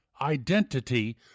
identity